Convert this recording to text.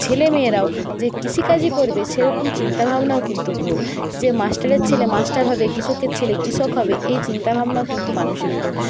ছেলেমেয়েরাও যে কৃষিকাজই করবে সেরকম চিন্তাভাবনাও কিন্তু ভুল যে মাস্টারের ছেলে মাস্টার হবে কৃষকের ছেলে কৃষক হবে এই চিন্তাভাবনাও কিন্তু মানুষের ভুল